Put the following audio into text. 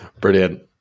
Brilliant